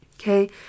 Okay